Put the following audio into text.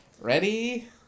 Ready